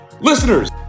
Listeners